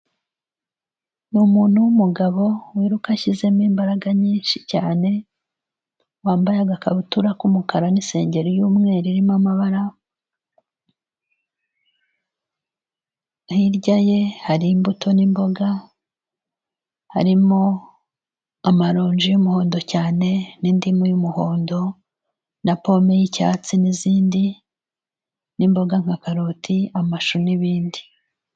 Ni umuntu w'umugabo wiruka ashyizemo imbaraga nyinshi cyane, wambaye agakabutura k'umukara n'isengeri y'umweru irimo amabara, hirya ye hari imbuto n'imboga, harimo amaronji y'umuhondo cyane n'indimu y'umuhondo na pome y'icyatsi n'izindi n'imboga nka karoti, amashu n'ibindi.